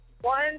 One